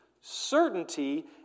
certainty